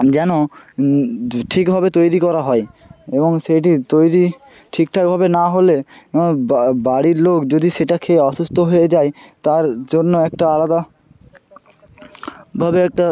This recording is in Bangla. যেন ঠিকভাবে তৈরি করা হয় এবং সেটি তৈরি ঠিকঠাকভাবে না হলে বাড়ির লোক যদি সেটা খেয়ে অসুস্থ হয়ে যায় তার জন্য একটা আলাদা ভাবে একটা